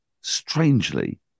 strangely